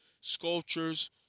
sculptures